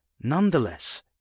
nonetheless